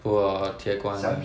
普洱铁观